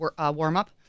warm-up